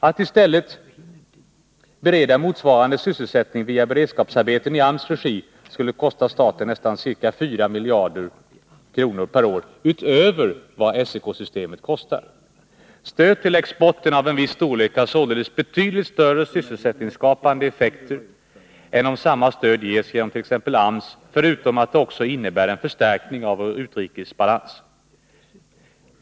Att i stället bereda motsvarande sysselsättning via beredskapsarbeten i AMS regi skulle kosta staten ca 4 miljarder kronor per år utöver vad SEK-systemet kostar. Stöd till exporten av en viss storlek har således betydligt större sysselsättningsskapande effekt än om samma stöd ges genom t.ex. AMS, förutom att det också innebär en förstärkning av vår utrikesbalans.